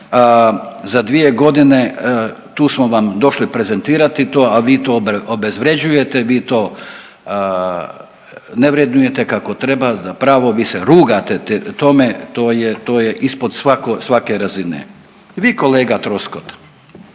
Za dvije godine tu smo vam došli prezentirati to, a vi to obezvrjeđujete, vi to ne vrednujete kako treba zapravo vi se rugate tome, to je, to je ispod svake razine. Vi kolega Troskot,